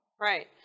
Right